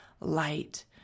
light